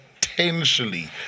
potentially